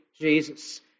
Jesus